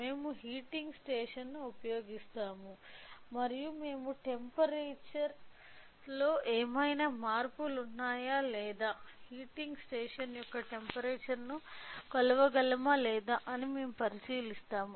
మేము హీటింగ్ స్టేషన్ను ఉపయోగిస్తాము మరియు మేము టెంపరేచర్ లో ఏమైనా మార్పులు ఉన్నాయా లేదా హీటింగ్ స్టేషన్ యొక్క టెంపరేచర్ ను కొలవగలమా లేదా అని మేము పరిశీలిస్తాము